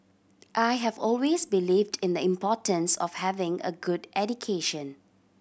I have always believed in the importance of having a good education